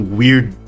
weird